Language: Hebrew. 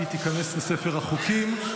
והיא תיכנס לספר החוקים,